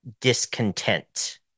discontent